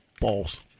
Balls